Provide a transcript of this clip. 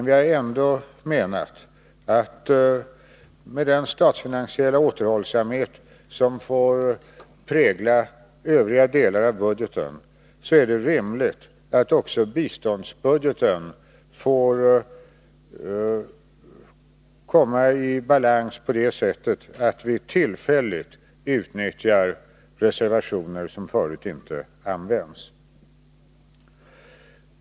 Vi har menat att det, med hänsyn till den statsfinansiella återhållsamhet som får prägla övriga delar av budgeten, är rimligt att också biståndsbudgeten bringas i balans på det sättet att vi tillfälligt utnyttjar reservationer som förut inte använts.